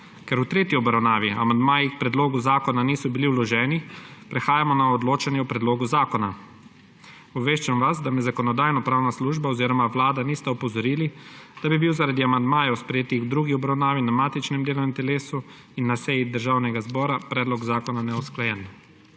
Ker v tretji obravnavi amandmaji k predlogu zakona niso bili vloženi, prehajamo na odločanje o predlogu zakona. Obveščam vas, da me Zakonodajno-pravna služba oziroma Vlada nista opozorili, da bi bil zaradi amandmajev, sprejetih v drugi obravnavi na matičnem delovnem telesu in na seji Državnega zbora, predlog zakona neusklajen.